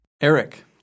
Eric